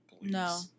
No